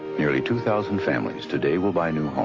nearly two thousand families today will buy new homes,